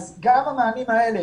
גם המענים האלה